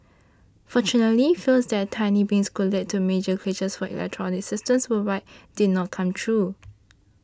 fortunately fears that tiny blip could lead to major glitches for electronic systems worldwide did not come true